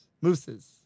mooses